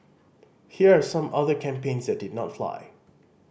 here are some other campaigns that did not fly